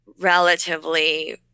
relatively